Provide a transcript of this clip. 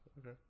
Okay